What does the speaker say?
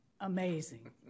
amazing